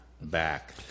back